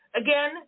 Again